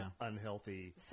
unhealthy